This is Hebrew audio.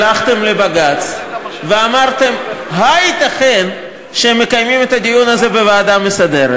הלכתם לבג"ץ ואמרתם: הייתכן שהם מקיימים את הדיון הזה בוועדה המסדרת?